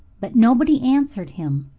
but nobody answered him,